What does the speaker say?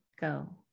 go